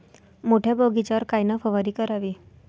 मोठ्या बगीचावर कायन फवारनी करावी?